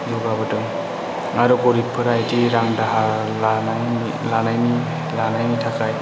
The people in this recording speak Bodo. जौगाबोदों आरो गोरिबफोरा बेदि रां दाहार लानानै लानायनि लानायनि थाखाय